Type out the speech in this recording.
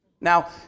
Now